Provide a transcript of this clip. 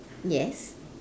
yes